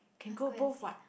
can go both what